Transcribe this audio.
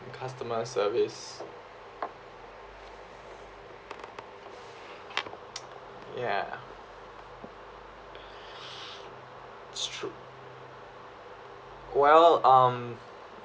customer service ya it's true well um